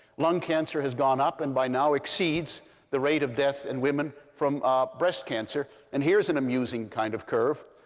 lung cancer has gone up, and by now exceeds the rate of death in women from breast cancer. and here's an amusing kind of curve.